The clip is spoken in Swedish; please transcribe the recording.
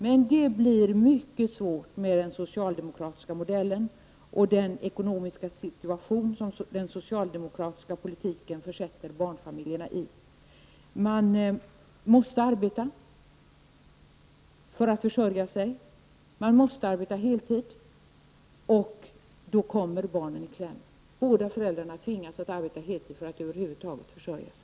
Men detta blir mycket svårt med den socialdemokratiska modellen och den ekonomiska situation som den socialdemokratiska politiken försätter barnfamiljerna i. Man måste arbeta för att kunna försörja sig. Man måste arbeta heltid, och då kommer barnen i kläm. Båda föräldrarna tvingas att arbeta heltid för att över huvud taget kunna försörja sig.